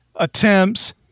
attempts